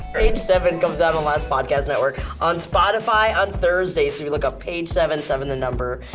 page seven comes out on last podcast network, on spotify on thursdays, when you look up page seven, seven the number,